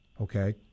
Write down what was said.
okay